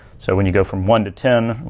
so when you go from one to ten,